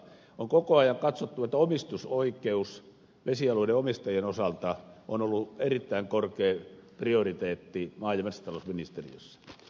on koko ajan katsottu että omistusoikeus vesialueiden omistajien osalta on ollut erittäin korkea prioriteetti maa ja metsätalousministeriössä